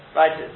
right